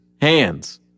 hands